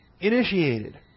initiated